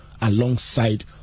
alongside